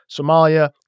Somalia